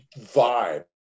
vibe